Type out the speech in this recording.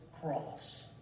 cross